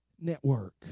network